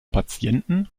patienten